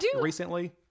recently